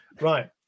Right